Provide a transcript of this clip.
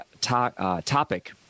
topic